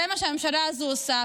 זה מה שהממשלה הזו עושה.